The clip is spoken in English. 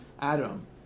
Adam